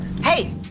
Hey